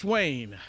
Wayne